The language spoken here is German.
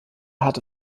hatte